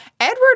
Edward